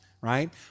right